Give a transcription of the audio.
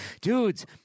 Dudes